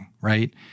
right